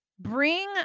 Bring